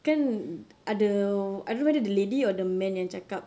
kan ada I don't know whether the lady or the man yang cakap